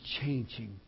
changing